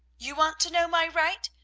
you want to know my right?